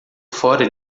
fora